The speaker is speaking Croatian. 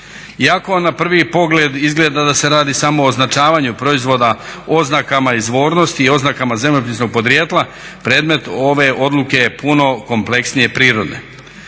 Iako na prvi pogled izgleda da se radi samo o označavanju proizvoda oznakama izvornosti i oznakama zemljopisnog podrijetla, predmet ove odluke je puno kompleksnije prirode.